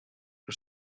for